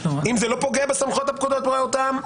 אם זה לא פוגע בסמכות בפקודת בריאות העם,